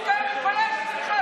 הרב קוק היה מתבייש בך.